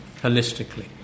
holistically